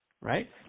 right